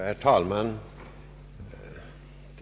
Herr talman!